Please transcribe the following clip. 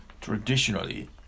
Traditionally